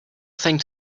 thing